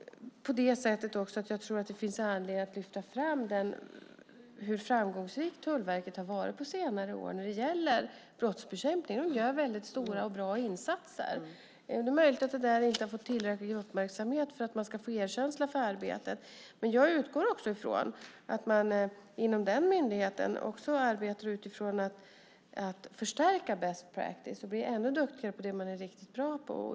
Det finns anledning att lyfta fram hur framgångsrikt Tullverket har varit på senare år när det gäller brottsbekämpning. De gör stora och bra insatser. Det är möjligt att detta inte har fått tillräcklig uppmärksamhet för att man ska få erkänsla för arbetet. Men jag utgår från att man inom den myndigheten också arbetar utifrån att förstärka best practice och bli ännu duktigare på det man är riktigt bra på.